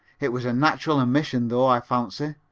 it was a natural omission though, i fancy,